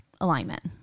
alignment